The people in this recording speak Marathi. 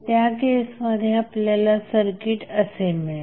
त्या केसमध्ये आपल्याला सर्किट असे मिळेल